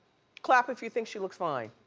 clap if you think she looks fine.